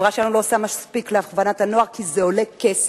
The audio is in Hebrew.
כשהחברה שלנו לא עושה מספיק להכוונת הנוער כי זה עולה כסף,